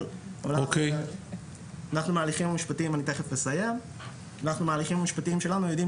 אבל אנחנו במהלכים המשפטיים שלנו יודעים